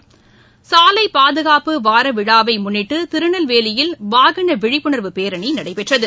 ளலை பாதுகாப்பு வார விழாவை முன்னிட்டு திருநெல்வேலியில் வாகன விழிப்புணர்வு பேரணி நடைபெற்றது